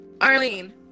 Arlene